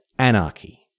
Anarchy